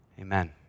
Amen